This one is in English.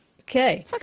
okay